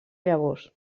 llavors